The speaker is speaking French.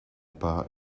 pas